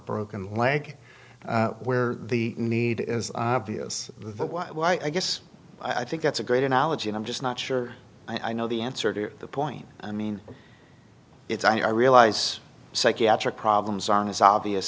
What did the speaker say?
broken leg where the need is obvious that was why i guess i think that's a great analogy and i'm just not sure i know the answer to the point i mean it's i realize psychiatric problems aren't as obvious